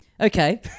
Okay